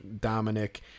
Dominic